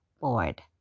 bored